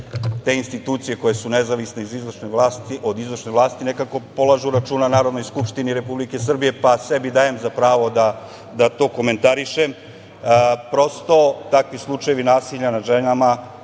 te institucije koje su nezavisne od izvršne vlasti nekako polažu računa Narodnoj skupštini Republike Srbije, pa sebi dajem za pravo da to komentarišem. Prosto, takvi slučajevi nasilja nad ženama,